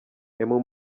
emu